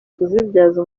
kuzibyaza